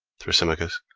thrasymachos.